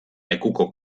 lekuko